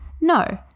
No